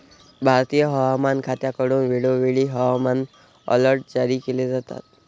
भारतीय हवामान खात्याकडून वेळोवेळी हवामान अलर्ट जारी केले जातात